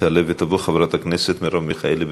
תעלה ותבוא חברת הכנסת מרב מיכאלי.